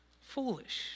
foolish